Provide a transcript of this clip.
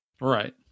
right